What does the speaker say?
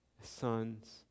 sons